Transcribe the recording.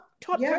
top